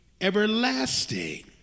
everlasting